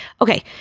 Okay